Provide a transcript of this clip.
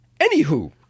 Anywho